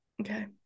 Okay